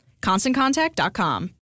ConstantContact.com